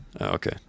okay